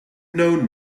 known